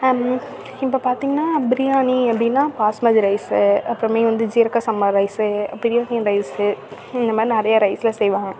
இப்போ பார்த்திங்கன்னா பிரியாணி அப்படின்னா பாஸ்மதி ரைஸு அப்புறமே வந்து ஜீரக சம்பா ரைஸு பிரியாணி ரைஸு இந்த மாதிரி நிறைய ரைஸ்ல செய்வாங்க